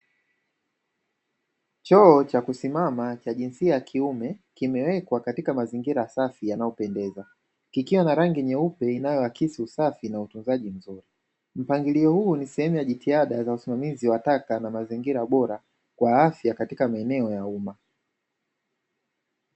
Choo cha kusimama cha jinsia ya kiume kiwekwa katika mazingira safi yanayopendeza kikiwa na rangi nyeupe inayoakisi usafi na utunzaji mzuri, mpangilio huu ni sehemu ya jitihada za usimamizi wa taka na mazingira bora kwa afya katika maeneo ya umma.